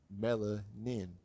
melanin